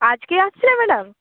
আজকে আসছিলেন ম্যাডাম